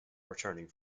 returning